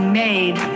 made